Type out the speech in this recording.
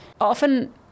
Often